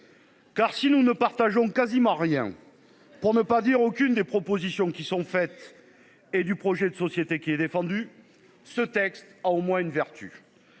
Car si nous ne partageons quasiment rien pour ne pas dire aucune des propositions qui sont faites et du projet de société qui est défendu, ce texte a au moins une vertu.